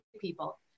people